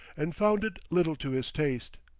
and found it little to his taste.